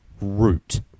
root